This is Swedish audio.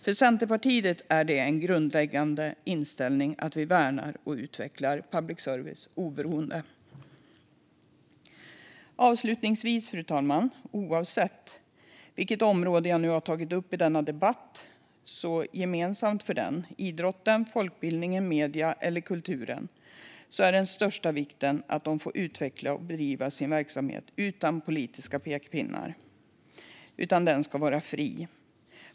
För Centerpartiet är det en grundläggande inställning att värna och utveckla public services oberoende. Fru talman! Avslutningsvis vill jag säga att oavsett vilket område jag har tagit upp i denna debatt - idrotten, folkbildningen, medierna eller kulturen - är gemensamt för dem att det är av största vikt att de får utveckla och bedriva sina verksamheter utan politiska pekpinnar. De ska vara fria.